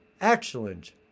excellent